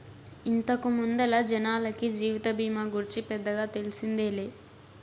ఇంతకు ముందల జనాలకి జీవిత బీమా గూర్చి పెద్దగా తెల్సిందేలే